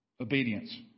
obedience